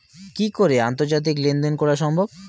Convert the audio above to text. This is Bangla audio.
কি করে আন্তর্জাতিক লেনদেন করা সম্ভব?